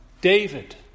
David